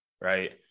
right